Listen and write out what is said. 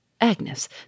Agnes